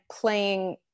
playing